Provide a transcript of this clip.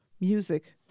music